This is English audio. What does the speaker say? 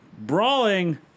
brawling